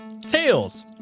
tails